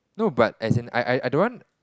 no but as in I I I don't want